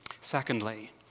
Secondly